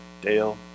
Dale